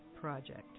Project